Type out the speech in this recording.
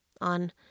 on